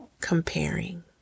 comparing